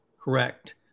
correct